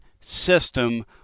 system